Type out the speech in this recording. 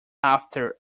after